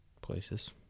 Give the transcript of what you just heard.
places